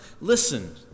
Listen